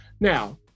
Now